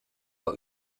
war